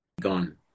gone